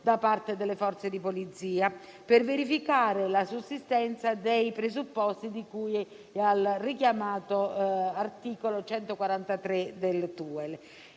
da parte delle Forze di polizia per verificare la sussistenza dei presupposti di cui al richiamato articolo 143 del TUEL.